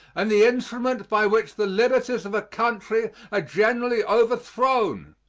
and the instrument by which the liberties of a country are generally overthrown.